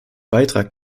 beitrag